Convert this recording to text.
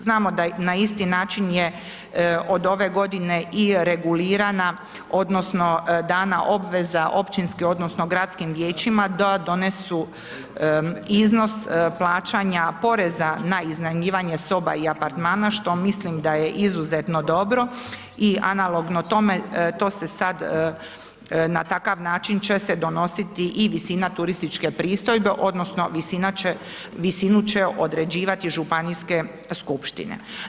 Znamo da na isti način je od ove godine i regulirana odnosno dana obveza općinskim odnosno gradskim vijećima da donesu iznos plaćanja poreza na iznajmljivanje soba i apartmana što mislim da je izuzetno dobro i analogno tome to se sada na takav način će se donositi i visina turističke pristojbe odnosno visinu će određivati županijske skupštine.